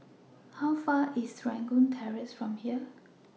How Far away IS Serangoon Terrace from here